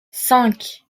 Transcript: cinq